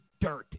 dirt